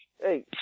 Hey